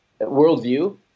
worldview